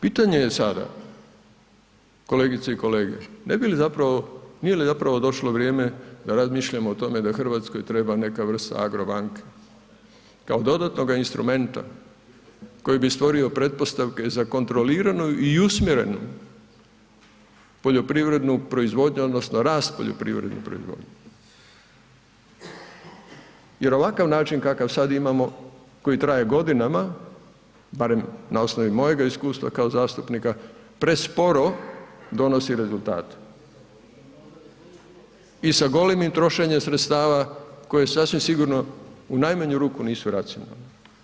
Pitanje je sada, kolegice i kolege, ne bi li zapravo, nije li zapravo došlo vrijeme da razmišljamo o tome da RH treba neka vrsta Agrobanke kao dodatnoga instrumenta koji bi stvorio pretpostavke za kontroliranu i usmjerenu poljoprivrednu proizvodnju odnosno rast poljoprivredne proizvodnje, jer ovakav način kakav sad imamo koji traje godinama, barem na osnovi mojega iskustva kao zastupnika, presporo donosi rezultate i sa golemim trošenjem sredstava koje sasvim sigurno u najmanju ruku nisu racionalni.